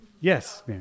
Yes